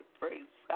praise